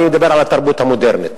אבל אני מדבר על התרבות המודרנית.